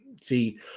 See